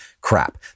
Crap